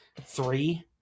three